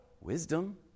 Wisdom